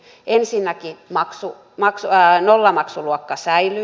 ensinnäkin nollamaksuluokka säilyy